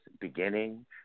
beginning